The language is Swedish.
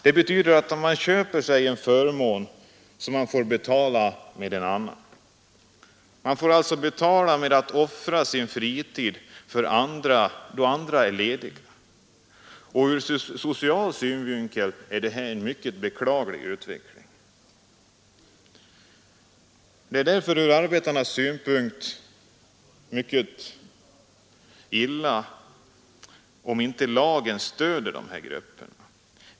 Det betyder att man köper sig en förmån som man får betala med en annan; man betalar genom att offra sin fritid och får arbeta då andra är lediga. Ur social synvinkel är detta en mycket beklaglig utveckling. Det är därför från arbetarnas synpunkt mycket illa om lagen stöder dessa grupper.